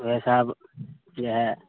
वएहसब जे हइ